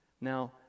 Now